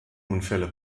unfälle